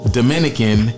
Dominican